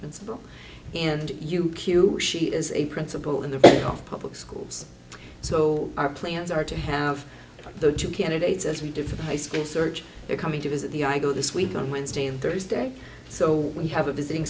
principal and you q she is a principal in the public schools so our plans are to have the two candidates as we did for the high school search coming to visit the i go this week on wednesday and thursday so we have a visiting